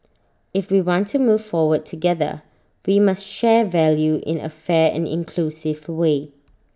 if we want to move forward together we must share value in A fair and inclusive way